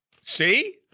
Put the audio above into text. See